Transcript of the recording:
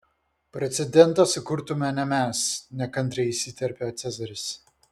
precedentą sukurtume ne mes nekantriai įsiterpė cezaris